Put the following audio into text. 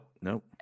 Nope